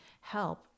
help